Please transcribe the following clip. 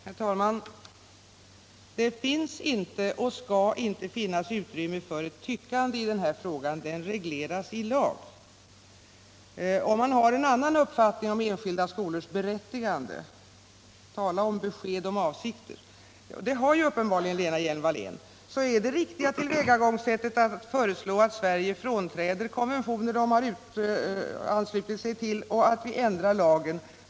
Herr talman! Det finns inte och skall inte finnas utrymme för ett tyckande i den här frågan — den regleras i lag. Har man en annan uppfattning om enskilda skolors berättigande, och det har uppenbarligen Lena Hjelm Wallén — tala om besked om avsikter! — så är det riktiga tillvägagångssättet att föreslå att Sverige frånträder konventioner som vårt land har anslutit sig till och att vi ändrar lagen.